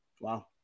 Wow